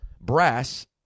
brass